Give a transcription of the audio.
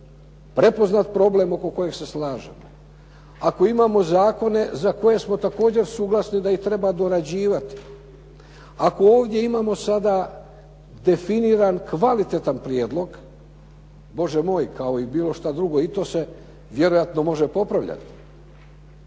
prepoznat problem oko kojeg se slažemo, ako imamo zakone za koje smo također suglasni da ih treba dorađivati, ako ovdje imamo sada definiran kvalitetan prijedlog Bože moj kao i bilo šta drugo i to se vjerojatno može popravljati.